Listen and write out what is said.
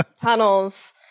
tunnels